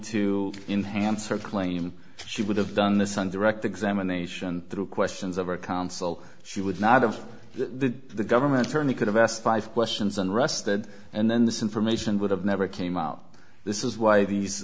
to enhance her claim she would have done this on direct examination through questions of our counsel she would not have the government attorney could have asked five questions and rested and then this information would have never came out this is why these